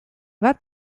bat